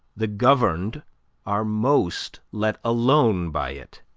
the governed are most let alone by it.